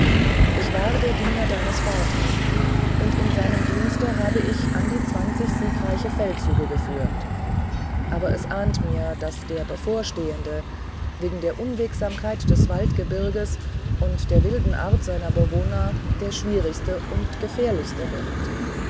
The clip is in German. ich war der diener deines vaters und in seinem dienste habe ich an die zwanzig siegreiche feldzüge geführt aber es ahnt mir daß der bevorstehende wegen der unwegsamkeit des waldgebirges und der wilden art seiner bewohner der schwierigste und der gefährlichste wird